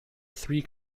three